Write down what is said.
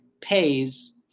pays